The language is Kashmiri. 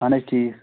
اَہَن حظ ٹھیٖک